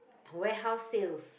warehouse sales